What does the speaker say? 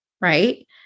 right